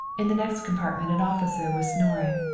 in the next compartment an officer was snoring,